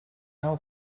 now